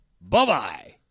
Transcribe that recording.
Bye-bye